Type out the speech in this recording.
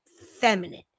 feminine